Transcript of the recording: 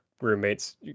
roommates